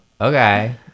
Okay